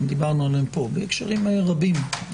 גם דיברנו עליהן פה, בהקשרים רבים.